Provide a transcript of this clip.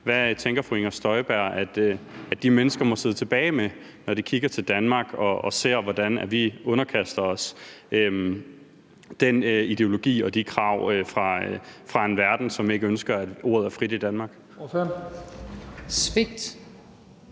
Hvad tænker fru Inger Støjberg at de mennesker må sidde tilbage med, når de kigger til Danmark og ser, hvordan vi underkaster os den ideologi og de krav fra en verden, som ikke ønsker, at ordet er frit i Danmark?